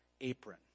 apron